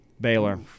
Baylor